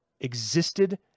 existed